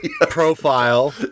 profile